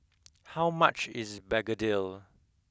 how much is begedil